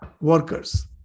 workers